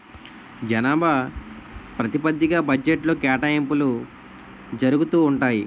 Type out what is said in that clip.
జనాభా ప్రాతిపదిగ్గా బడ్జెట్లో కేటాయింపులు జరుగుతూ ఉంటాయి